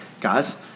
guys